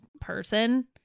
person